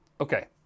Okay